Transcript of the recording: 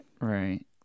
Right